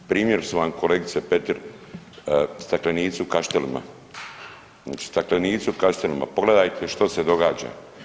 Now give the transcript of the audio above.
Primjer su vam kolegice Petir staklenici u Kaštelima, znači staklenici u Kaštelima, pogledajte što se događa.